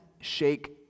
shake